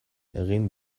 egin